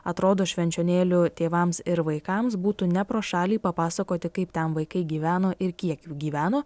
atrodo švenčionėlių tėvams ir vaikams būtų ne pro šalį papasakoti kaip ten vaikai gyveno ir kiek jų gyveno